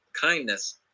kindness